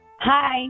Hi